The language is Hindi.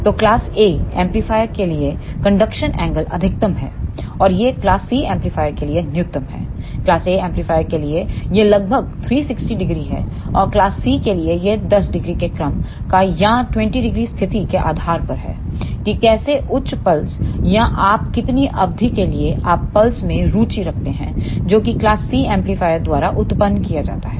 तो क्लास A एम्पलीफायर के लिए कंडक्शन एंगल अधिकतम है और यह क्लास C एम्पलीफायर के लिए न्यूनतम हैक्लास A एम्पलीफायर के लिए यह लगभग 3600 है और क्लास C के लिए यह10 0 के क्रम का या 200 स्थिति के आधार पर है कि कैसे उच्च पल्स या आप कितनी अवधि के लिए आप उस पल्स में रुचि रखते हैं जो कि क्लास C एम्पलीफायर द्वारा उत्पन्न किया जाता है